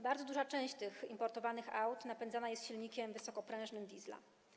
Bardzo duża część tych importowanych aut napędzana jest silnikiem wysokoprężnym Diesla.